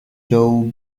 joe